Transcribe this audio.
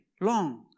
long